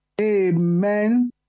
Amen